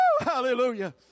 Hallelujah